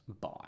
Bye